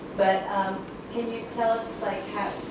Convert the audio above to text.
but can you tell us, like,